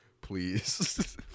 please